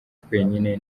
twenyine